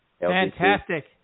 Fantastic